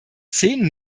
zehn